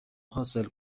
حاصل